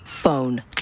phone